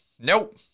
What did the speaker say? nope